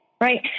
right